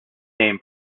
same